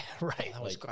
right